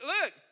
Look